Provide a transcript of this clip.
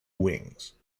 wings